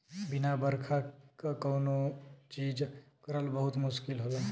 बिना बरखा क कौनो चीज करल बहुत मुस्किल होला